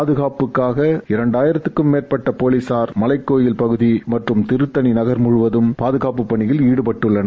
பாதகாப்பிற்காக இரண்டாபிரத்திற்கு மேற்பட்ட போலீசார் மலைக்கோவில் பகுதி மற்றும் திருத்தணி நகர் முழுவதும் பாதகாப்பு பணியில் ஈடுபட்டுள்ளனர்